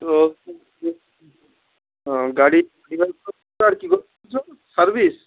তো গাড়ির আর কী করতে চাও সার্ভিস